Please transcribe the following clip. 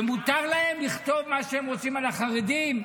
ומותר להם לכתוב מה שהם רוצים על החרדים,